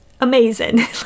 amazing